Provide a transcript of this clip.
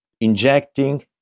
injecting